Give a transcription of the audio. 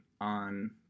on